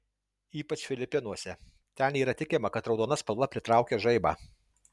ypač filipinuose ten yra tikima kad raudona spalva pritraukia žaibą